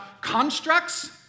constructs